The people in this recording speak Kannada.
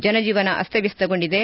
ಜನಜೀವನ ಅಸ್ತವ್ಯಸ್ತಗೊಂಡಿದೆ